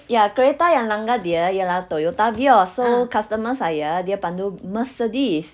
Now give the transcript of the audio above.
ya kereta yang langgar dia ialah Toyota vios so customer saya dia pandu Mercedes